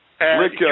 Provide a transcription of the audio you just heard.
Rick